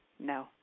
no